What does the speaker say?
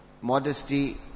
modesty